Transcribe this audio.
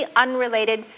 unrelated